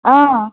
অঁ